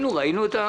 ראינו.